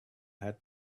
had